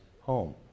home